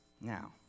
Now